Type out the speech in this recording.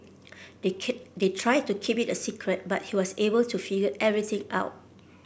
they they tried to keep it a secret but he was able to figure everything out